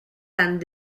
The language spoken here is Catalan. tant